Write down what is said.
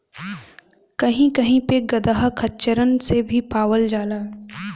कही कही पे गदहा खच्चरन से भी पावल जाला